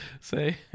say